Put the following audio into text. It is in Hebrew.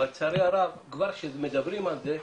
אבל לצערי הרב, כבר כשמדברים על זה,